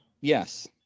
Yes